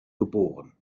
geboren